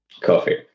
Coffee